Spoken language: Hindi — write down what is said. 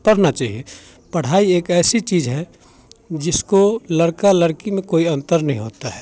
पढ़ना चाहिए पढ़ाई एक ऐसी चीज है जिसको लड़का लड़की में कोई अंतर नहीं होता है